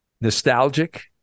nostalgic